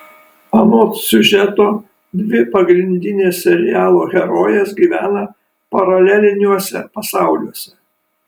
anot siužeto dvi pagrindinės serialo herojės gyvena paraleliniuose pasauliuose